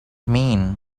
mean